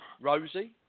Rosie